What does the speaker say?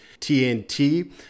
TNT